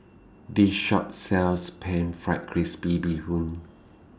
This Shop sells Pan Fried Crispy Bee Hoon